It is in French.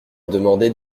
demander